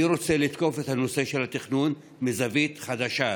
אני רוצה לתקוף את הנושא של התכנון מזווית חדשה.